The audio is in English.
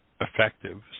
effective